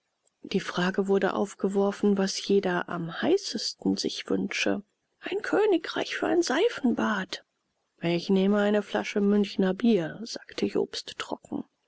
die frage wurde aufgeworfen was jeder am heißesten sich wünsche ein königreich für ein seifenbad ich nähme eine flasche münchner bier sagte jobst trocken